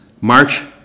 March